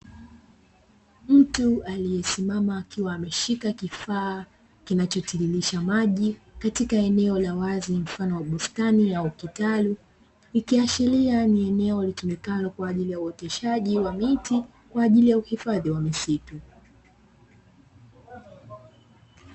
Mtu aliyesimama akiwa ameshika kifaa kinachotiririsha maji katika eneo la wazi mfano wa bustani au kitalu. Ikiashiria ni eneo litumikalo kwaajili ya uoteshaji wa miti kwaajili ya uhifadhi wa misitu.